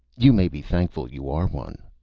you may be thankful you are one.